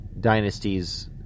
Dynasties